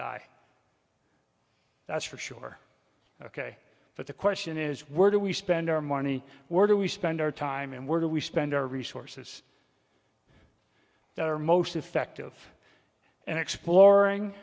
i that's for sure ok but the question is where do we spend our money where do we spend our time and where do we spend our resources that are most effective and exploring